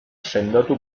sendotu